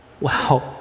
Wow